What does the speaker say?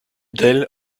d’elle